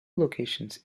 locations